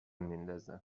میندازه